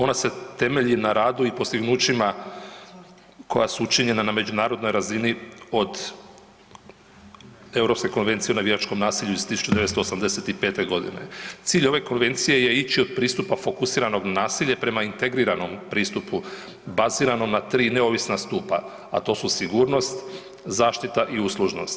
Ona se temelji na radu i postignućima koja su učinjena na međunarodnoj razini od Europske konvencije o navijačkom nasilju iz 1985. g. Cilj ove konvencije je ići od pristupa fokusiranog nasilje prema integriranom pristupu baziranom na 3 neovisna stupa, a to su sigurnost, zaštita i uslužnost.